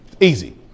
Easy